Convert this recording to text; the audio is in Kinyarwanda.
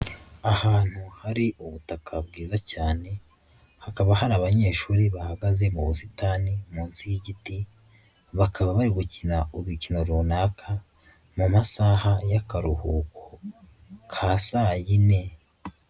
Ahantu hari ubutaka bwiza cyane, hakaba hari abanyeshuri bahagaze mu busitani munsi y'igiti, bakaba bari gukina udukino runaka, mu masaha y'akaruhuko ka saa yine.